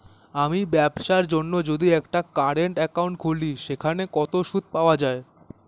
আমি ব্যবসার জন্য যদি একটি কারেন্ট একাউন্ট খুলি সেখানে কোনো সুদ পাওয়া যায়?